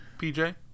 pj